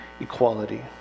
equality